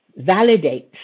validates